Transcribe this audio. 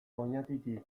oñatitik